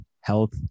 health